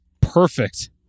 perfect